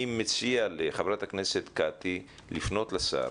אני מציע לחברת הכנסת קטי לפנות לשר,